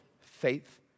faith